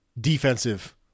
defensive